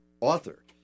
author